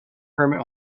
permit